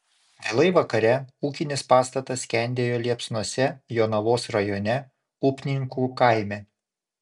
vėlai vakare ūkinis pastatas skendėjo liepsnose jonavos rajone upninkų kaime